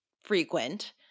frequent